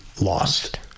lost